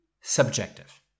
subjective